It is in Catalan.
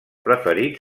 preferit